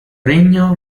regno